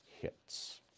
hits